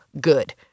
good